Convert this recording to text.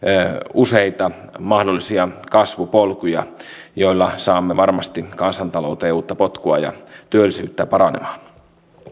useita mahdollisia kasvupolkuja joilla saamme varmasti kansantalouteen uutta potkua ja työllisyyttä paranemaan